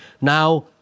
now